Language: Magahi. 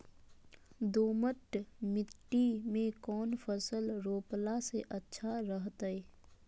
दोमट मिट्टी में कौन फसल रोपला से अच्छा रहतय?